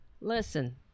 Listen